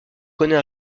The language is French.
connaît